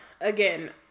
Again